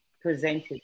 presented